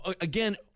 Again